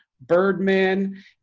Birdman